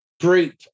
group